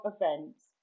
events